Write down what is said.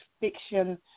fiction